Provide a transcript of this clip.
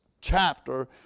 chapter